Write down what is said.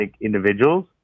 individuals